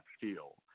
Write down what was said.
feel